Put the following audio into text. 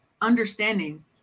understanding